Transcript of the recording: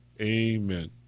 Amen